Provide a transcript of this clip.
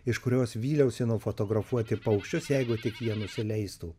iš kurios vyliausi nufotografuoti paukščius jeigu tik jie nusileistų